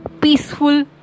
peaceful